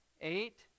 Eight